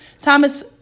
Thomas